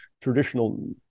traditional